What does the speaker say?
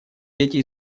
дети